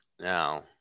Now